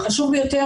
והחשוב ביותר,